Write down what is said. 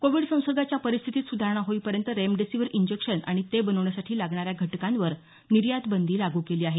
Covid संसर्गाच्या परिस्थितीत सुधारणा होईपर्यंत रेमडेसिविर इंजेक्शन आणि ते बनवण्यासाठी लागणाऱ्या घटकांवर निर्यात बंदी लागू केली आहे